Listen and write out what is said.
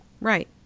right